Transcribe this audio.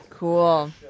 Cool